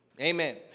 Amen